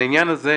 לעניין הזה,